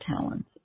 talents